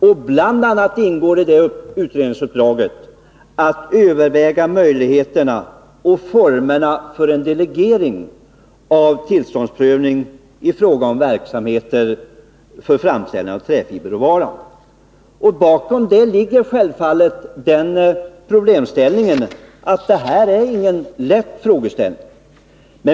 I utredningsuppdraget ingår bl.a. att överväga möjligheterna till och formerna för en delegering av tillståndsprövning i fråga om verksamheter för framställning av träfiberråvara. Bakom detta ligger självfallet bedömningen att detta inte är någon lätt frågeställning.